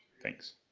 thanks.